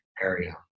area